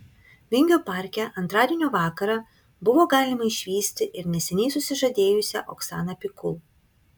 vingio parke antradienio vakarą buvo galima išvysti ir neseniai susižadėjusią oksaną pikul